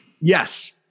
Yes